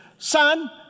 Son